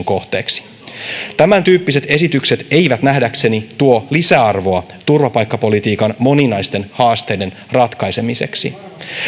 kohteeksi tämäntyyppiset esitykset eivät nähdäkseni tuo lisäarvoa turvapaikkapolitiikan moninaisten haasteiden ratkaisemiseksi